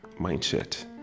mindset